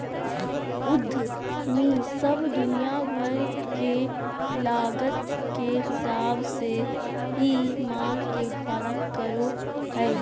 उद्यमी सब दुनिया भर के लागत के हिसाब से ही माल के उत्पादन करो हय